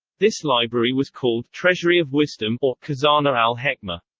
this library was called treasury of wisdom or khazanah al-hekmah.